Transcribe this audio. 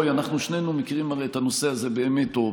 אנחנו שנינו הרי מכירים את הנושא הזה באמת טוב,